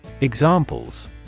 Examples